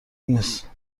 نیست